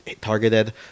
targeted